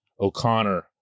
O'Connor